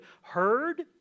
heard